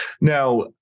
Now